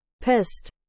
Pissed